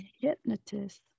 hypnotist